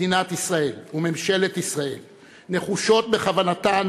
מדינת ישראל וממשלת ישראל נחושות בכוונתן